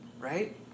Right